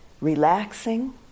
relaxing